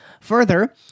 Further